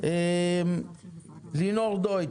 עם הקורונה ובלי הקורונה,